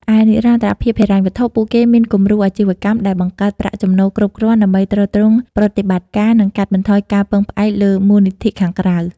ឯនិរន្តរភាពហិរញ្ញវត្ថុ ពួកគេមានគំរូអាជីវកម្មដែលបង្កើតប្រាក់ចំណូលគ្រប់គ្រាន់ដើម្បីទ្រទ្រង់ប្រតិបត្តិការ និងកាត់បន្ថយការពឹងផ្អែកលើមូលនិធិខាងក្រៅ ។